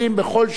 בכל שנה,